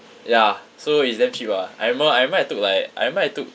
ya so it's damn cheap ah I remember I remember I took like I remember I took